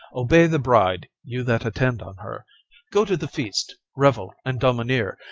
obey the bride, you that attend on her go to the feast, revel and domineer,